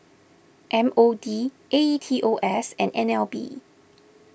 M O D A E T O S and N L B